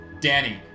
Danny